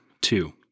two